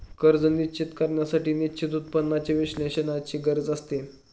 कर्ज निश्चित करण्यासाठी निश्चित उत्पन्नाच्या विश्लेषणाची गरज आहे